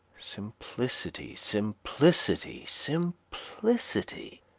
simplicity, simplicity, simplicity!